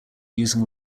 using